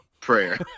prayer